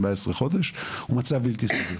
זה מצב בלתי סביר.